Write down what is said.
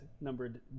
numbered